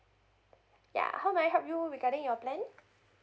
ya how may I help you regarding your plan